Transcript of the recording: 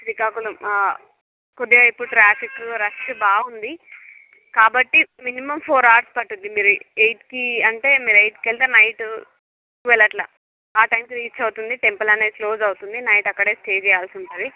శ్రీకాకుళం కొద్దిగా ఇప్పుడు traffic rush బాగా ఉంది కాబట్టి మినిమమ్ ఫోర్ హవర్స్ పడుతుంది మీరు ఎయిట్కి అంటే ఎయిట్కి వెళ్తే నైట్ టువల్వ్ అట్లా ఆ టైమ్కి రీచ్ అవుతుంది టెంపుల్ అనేది క్లోజ్ అవుతుంది నైట్ అక్కడే స్టే చెయ్యాల్సి ఉంటుంది